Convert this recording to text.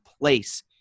place